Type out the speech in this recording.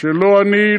שלא אני,